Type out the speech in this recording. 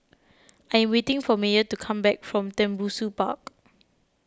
I am waiting for Meyer to come back from Tembusu Park